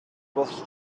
was